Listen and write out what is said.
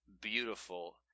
beautiful